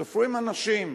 סופרים אנשים.